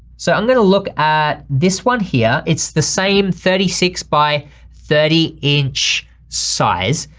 so i'm gonna look at this one here, it's the same thirty six by thirty inch size.